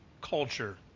culture